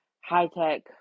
high-tech